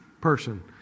person